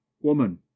Woman